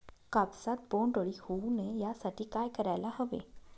कापसात बोंडअळी होऊ नये यासाठी काय करायला हवे?